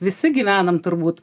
visi gyvenam turbūt